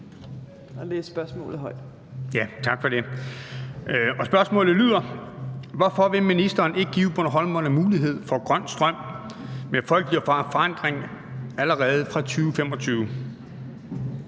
Juel-Jensen (V): Tak for det. Spørgsmålet lyder: Hvorfor vil ministeren ikke give bornholmerne mulighed for grøn strøm med folkelig forankring allerede i 2025?